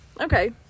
okay